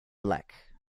black